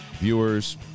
viewers